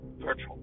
virtual